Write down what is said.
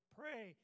pray